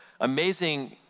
amazing